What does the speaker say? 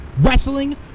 Wrestling